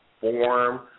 form